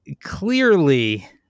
Clearly